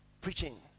preaching